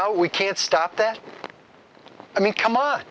out we can't stop that i mean come on